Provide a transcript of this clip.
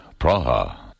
Praha